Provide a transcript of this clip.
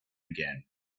again